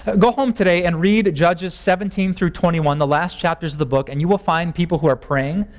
ah go home today and read judges seventeen through twenty one, the last chapters of the book, and you will find people who are praying,